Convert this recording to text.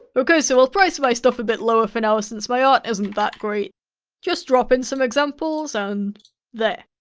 okay so i'll price my stuff a bit lower for now since my art isn't that great just drop in some examples and there!